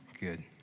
Good